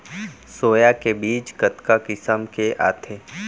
Soya के बीज कतका किसम के आथे?